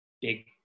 big